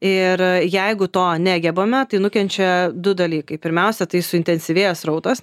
ir jeigu to negebame tai nukenčia du dalykai pirmiausia tai suintensyvėja srautas